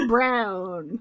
Brown